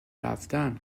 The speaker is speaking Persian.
رفتن